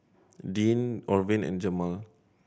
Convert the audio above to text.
Deanne Orvin and Jemal